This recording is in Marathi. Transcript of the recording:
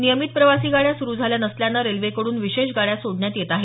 नियमित प्रवासी गाड्या सुरू झाल्या नसल्यानं रेल्वेकडून विशेष गाड्या सोडण्यात येत आहेत